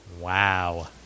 Wow